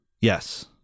Yes